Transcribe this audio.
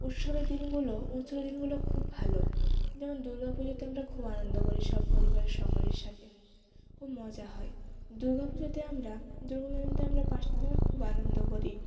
উৎসবের দিনগুলো উৎসবের দিনগুলো খুব ভালো যেমন দুর্গা পুজোতে আমরা খুব আনন্দ করি সপরিবারে সকলের সাথে খুব মজা হয় দুর্গা পুজোতে আমরা দুর্গা পুজোতে আমরা পাঁচ দিন খুব আনন্দ করি